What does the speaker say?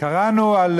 קראנו על